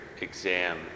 exam